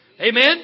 Amen